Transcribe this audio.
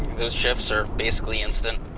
those shifts are basically instant.